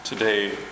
Today